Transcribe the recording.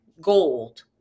gold